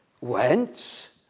went